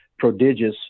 prodigious